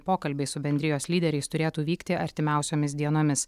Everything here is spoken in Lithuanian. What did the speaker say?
pokalbiai su bendrijos lyderiais turėtų vykti artimiausiomis dienomis